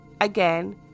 Again